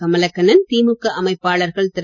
கமலக்கண்ணன் திமுக அமைப்பாளர்கள் திரு